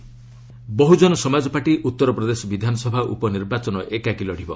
ମାୟାବତୀ ବହ୍ରଜନ ସମାଜପାର୍ଟି ଉତ୍ତରପ୍ରଦେଶ ବିଧାନସଭା ଉପନିର୍ବାଚନ ଏକାକୀ ଲଢ଼ିବ